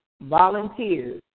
volunteers